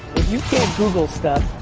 you can't google stuff,